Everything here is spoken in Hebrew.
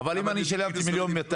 אבל אם אני שילמתי 1.2 מיליון